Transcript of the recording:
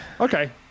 okay